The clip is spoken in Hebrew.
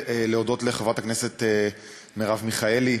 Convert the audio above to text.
להודות לחברת הכנסת מרב מיכאלי,